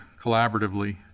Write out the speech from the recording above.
collaboratively